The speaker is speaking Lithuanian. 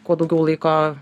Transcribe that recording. kuo daugiau laiko